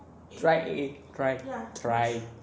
try A_A try try